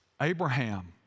Abraham